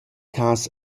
cas